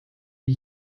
wie